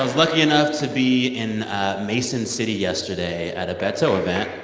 lucky enough to be in mason city yesterday at a beto event.